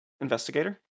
Investigator